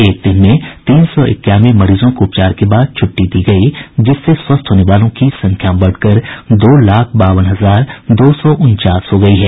एक दिन में तीन सौ इक्यानवें मरीजों को उपचार के बाद छुट्टी दी गई जिससे स्वस्थ होने वालों की संख्या बढ़कर दो लाख बाबन हजार दो सौ उनचास हो गई है